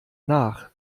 nach